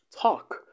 talk